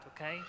okay